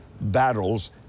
battles